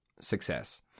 success